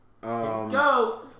Go